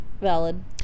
valid